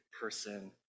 person